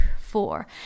four